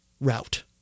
route